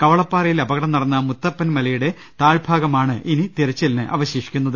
കവളപ്പാറയിൽ അപകടം നടന്ന മുത്തപ്പൻ മലയുടെ താഴ്ഭാഗമാണ് ഇനി തിരച്ചിലിന് അവശേഷിക്കുന്നത്